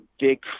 big